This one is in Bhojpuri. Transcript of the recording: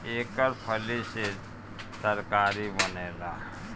एकर फली से तरकारी बनेला